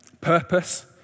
purpose